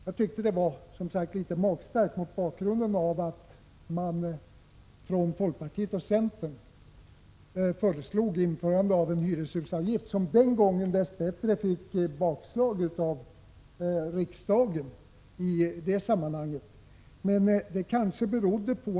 Jag tycker som sagt att kritiken är litet magstark mot bakgrund av att folkpartiet och centern föreslog införande av en hyrehusavgift, som den gången dess bättre fick bakslag hos riksdagen.